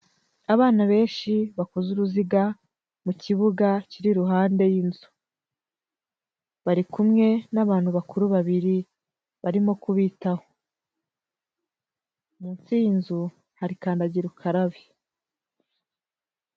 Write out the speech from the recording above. Abana benshi bakoze uruziga mu kibuga kiri iruhande y'inzu, bari kumwe n'abantu barimo kubitaho, munsi y'inzu hari kandagira ukarabe.